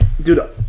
Dude